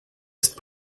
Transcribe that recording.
ist